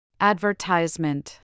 Advertisement